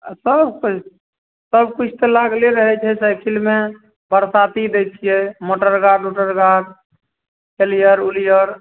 आओर तब की सब किछु तऽ लागले रहय छै साइकिलमे बरसाती दै छियै मोटरगार्ड उटरगार्ड कैरियर उलियर